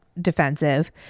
defensive